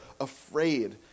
afraid